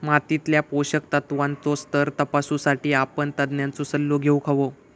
मातीतल्या पोषक तत्त्वांचो स्तर तपासुसाठी आपण तज्ञांचो सल्लो घेउक हवो